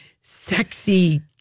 sexy